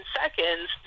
seconds